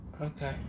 Okay